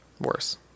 worse